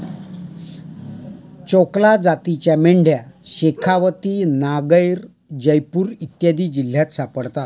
चोकला जातीच्या मेंढ्या शेखावती, नागैर, जयपूर इत्यादी जिल्ह्यांत सापडतात